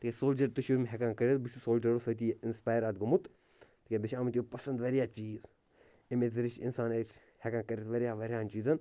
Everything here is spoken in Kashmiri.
تہٕ سولجَر تہِ چھِ یِم ہیٚکان کٔرِتھ بہٕ چھُس سولجَرو سۭتی اِنَسپایَر اَتھ گوٚمُت مےٚ چھِ آمُت یہِ پَسنٛد واریاہ چیٖز اَمے ذریعہ چھِ اِنسان أسۍ ہیٚکان کٔرِتھ واریاہ واریاہَن چیٖزَن